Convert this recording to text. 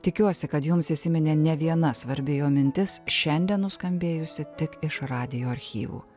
tikiuosi kad jums įsiminė ne viena svarbi jo mintis šiandien nuskambėjusi tik iš radijo archyvų